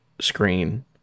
screen